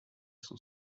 son